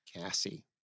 Cassie